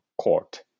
court